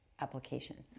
applications